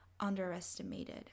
underestimated